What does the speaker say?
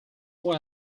why